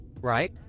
right